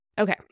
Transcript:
Okay